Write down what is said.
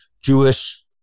Jewish